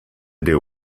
deal